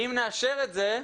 אם נאשר את זה,